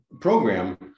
program